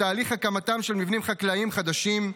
תהליך הקמתם של מבנים חקלאיים חדשים.